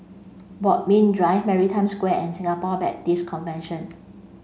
Bodmin Drive Maritime Square and Singapore Baptist Convention